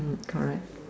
mm correct